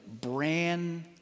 brand